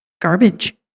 garbage